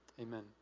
Amen